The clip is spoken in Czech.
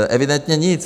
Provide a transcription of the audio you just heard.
Evidentně nic.